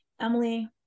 Emily